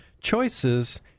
choices